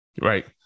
Right